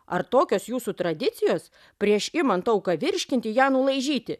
ar tokios jūsų tradicijos prieš imant auką virškinti ją nulaižyti